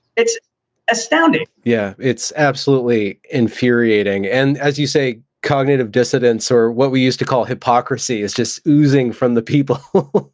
it's astounding. yeah, it's absolutely infuriating. and as you say, cognitive dissidence or what we used to call hypocrisy is just choosing from the people. oh,